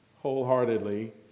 wholeheartedly